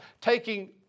taking